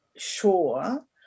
sure